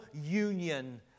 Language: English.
union